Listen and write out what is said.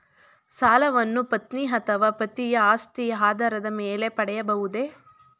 ಸಾಲವನ್ನು ಪತ್ನಿ ಅಥವಾ ಪತಿಯ ಆಸ್ತಿಯ ಆಧಾರದ ಮೇಲೆ ಪಡೆಯಬಹುದೇ?